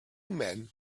men